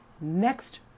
next